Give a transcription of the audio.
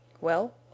Well